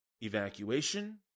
evacuation